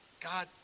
God